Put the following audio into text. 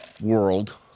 world